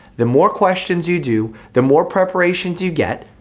the more questions you do, the more preparations you get,